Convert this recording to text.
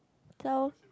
so